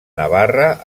navarra